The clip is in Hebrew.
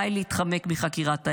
די להתחמק מחקירת האמת.